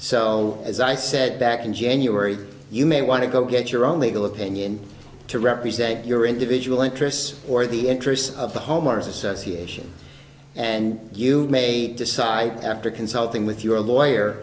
so as i said back in january you may want to go get your own legal opinion to represent your individual interests or the interests of the homeowners association and you may decide after consulting with your lawyer